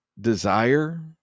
desire